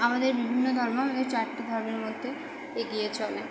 আমাদের বিভিন্ন ধর্ম আমাদের চারটি ধর্মের মধ্যে এগিয়ে চলে